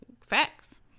Facts